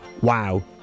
wow